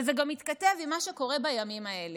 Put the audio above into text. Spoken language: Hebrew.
אבל זה גם מתכתב עם מה שקורה בימים האלה,